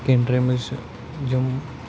کینٛہہ ڈرٛیٖمٕز چھِ یِم